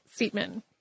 Seatman